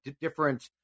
different